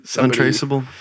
untraceable